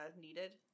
needed